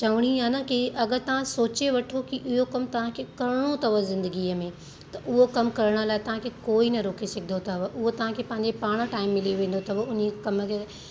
चवणी आ्हे न कि अगरि तव्हां सोचे वठो कि इहो कम तव्हां खे करिणो अथव जिंदगीअ में त उहो कम करण लाइ तव्हां खे कोई न रोके सघंदो अथव उहो तव्हां खे पंहिंजे पाण टाइम मिली वेंदो अथव उन्हीअ कम खे